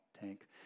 tank